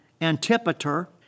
Antipater